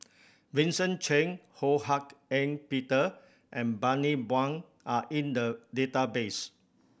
Vincent Cheng Ho Hak Ean Peter and Bani Buang are in the database